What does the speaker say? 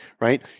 right